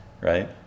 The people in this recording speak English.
right